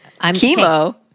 Chemo